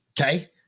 Okay